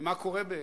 ומה קורה בעצם?